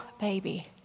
baby